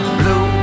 blue